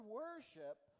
worship